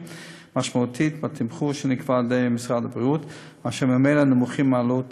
משמעותית מהתמחור שנקבע על-ידי משרד הבריאות וממילא נמוכים מהעלות